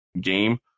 game